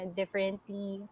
differently